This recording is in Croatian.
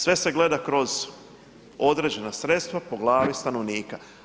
Sve se gleda kroz određena sredstva po glavi stanovnika.